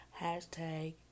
hashtag